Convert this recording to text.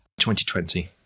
2020